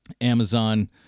Amazon